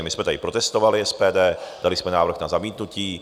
My jsme tady protestovali, SPD, dali jsme návrh na zamítnutí.